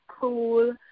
cool